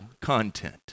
content